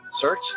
Search